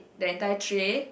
the entire tray